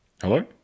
Hello